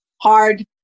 hard